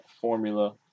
formula